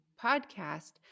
podcast